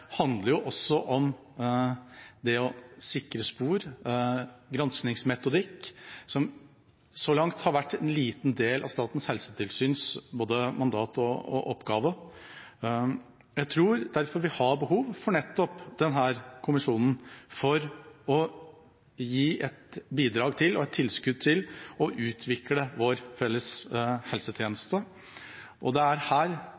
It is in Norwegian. handler jo også om det å sikre spor, granskningsmetodikk, som så langt har vært en liten del av Statens helsetilsyns både mandat og oppgave. Jeg tror derfor vi har behov for nettopp denne kommisjonen for å gi et bidrag til og et tilskudd til å utvikle vår felles helsetjeneste. Det er her